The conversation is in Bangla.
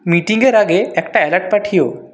মিটিংয়ের আগে একটা অ্যালার্ট পাঠিও